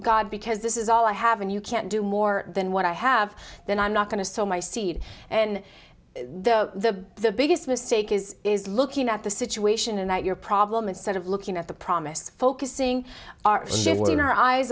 god because this is all i have and you can't do more than what i have then i'm not going to sow my seed and the the biggest mistake is is looking at the situation in that your problem instead of looking at the promise focusing our shit in our eyes